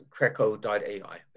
CRECO.ai